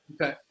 Okay